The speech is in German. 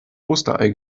osterei